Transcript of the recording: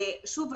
שוב,